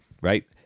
right